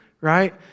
right